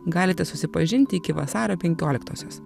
galite susipažinti iki vasario penkioliktosios